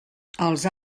els